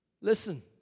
Listen